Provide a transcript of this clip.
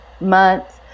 month